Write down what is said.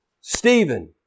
Stephen